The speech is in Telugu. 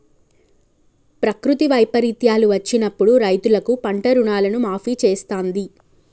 ప్రకృతి వైపరీత్యాలు వచ్చినప్పుడు రైతులకు పంట రుణాలను మాఫీ చేస్తాంది